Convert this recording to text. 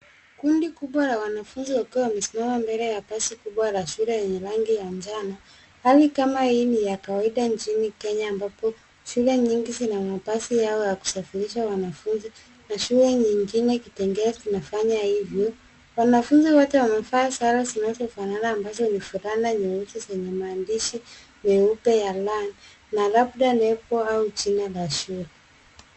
Kundi kubwa la wanafunzi wakiwa wamesimama mbele ya basi kubwa la shule lenye rangi ya njano. Hali kama hii ni ya kawaida nchini Kenya ambapo shule nyingi zina mabasi yao ya kusafirisha wanafunzi na shule nyingine Kitengela zinafanya hivyo. Wanafunzi wote wamevaa sare zinazofanana ambazo ni fulana nyeusi zenye maandishi meupe ya L na labda label au jina la shule.